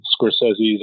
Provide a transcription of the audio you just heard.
Scorsese's